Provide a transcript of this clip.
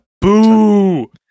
boo